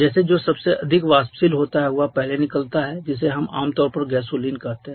जैसे जो सबसे अधिक वाष्पशील होता है वह पहले निकलता है जिसे हम आमतौर पर गैसोलीन कहते हैं